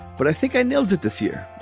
but i think i nailed it this year.